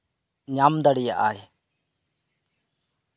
ᱧᱟᱢ ᱫᱟᱲᱮ ᱟᱜ ᱟᱭ